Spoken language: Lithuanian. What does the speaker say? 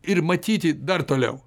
ir matyti dar toliau